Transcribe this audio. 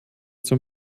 zum